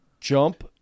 jump